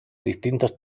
distintos